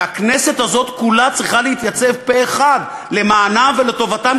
והכנסת הזאת כולה צריכה להתייצב פה-אחד למענם ולטובתם,